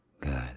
Good